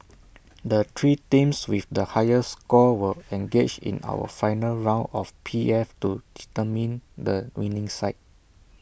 the three teams with the highest scores will engage in our final round of P F to determine the winning side